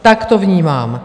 Tak to vnímám.